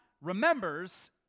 remembers